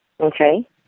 Okay